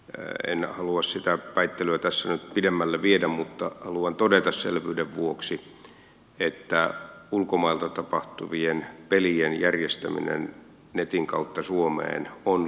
en halua sitä väittelyä tässä nyt pidemmälle viedä mutta haluan todeta selvyyden vuoksi että ulkomailta tapahtuvien pelien järjestäminen netin kautta suomeen on laitonta